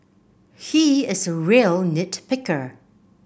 he is a real nit picker